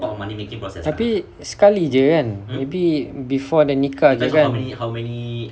tapi sekali jer kan maybe before the dia nikah jer kan